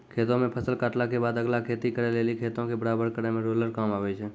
खेतो मे फसल काटला के बादे अगला खेती करे लेली खेतो के बराबर करै मे रोलर काम आबै छै